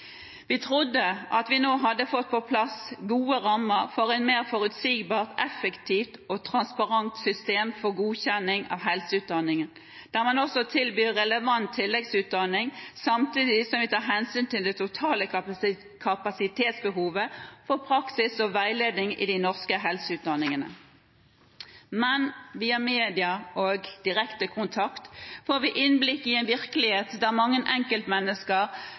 Vi trodde at vi nå hadde fått på plass gode rammer for et mer forutsigbart, effektivt og transparent system for godkjenning av helseutdanninger, der man også tilbød relevant tilleggsutdanning, samtidig som vi tok hensyn til det totale kapasitetsbehovet for praksis og veiledning i de norske helseutdanningene. Men via media og direkte kontakt får vi innblikk i en virkelighet der mange enkeltmennesker